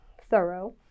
thorough